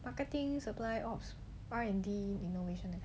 I think supply all R&D